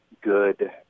good